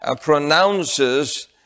pronounces